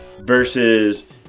versus